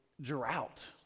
drought